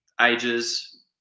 ages